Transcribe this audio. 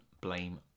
blame